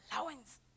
allowance